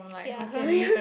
ya